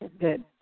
Good